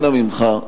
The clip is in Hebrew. אנא ממך,